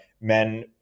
men